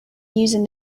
using